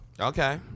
Okay